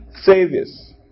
Saviors